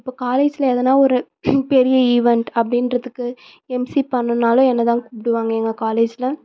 இப்போ காலேஜில் எதுனா ஒரு பெரிய ஈவெண்ட் அப்படின்றதுக்கு எம்சி பண்ணணுன்னாலும் என்னைதான் கூப்பிடுவாங்க எங்கள் காலேஜில்